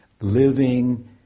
living